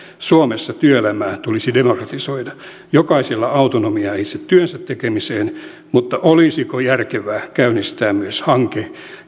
suomessa työelämää tulisi demokratisoida jokaiselle autonomiaa itse työnsä tekemiseen mutta olisiko järkevää käynnistää myös hanke